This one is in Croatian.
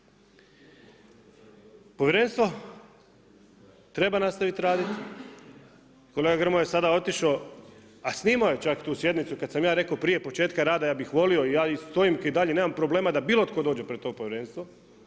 Povjerenstvo treba nastaviti raditi, kolega Grmoja je sada otišao, a snimao je čak tu sjednicu, kad sam ja rekao, prije početka rada, ja bih volio, ja i stojim i dalje, nemam problema, da bilo tko dođe pred to povjerenstvo.